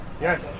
Yes